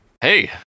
Hey